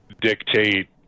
dictate